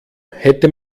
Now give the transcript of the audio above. hätte